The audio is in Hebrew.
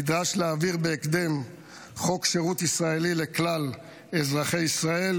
נדרש להעביר בהקדם חוק שירות ישראלי לכלל אזרחי ישראל,